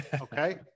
Okay